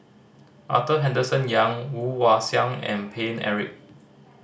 Arthur Henderson Young Woon Wah Siang and Paine Eric